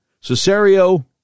Cesario